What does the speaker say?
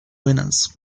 winners